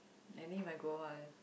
I need my Kumar